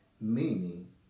meaning